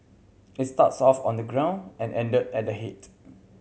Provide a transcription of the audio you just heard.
it starts off on the ground and ended at the head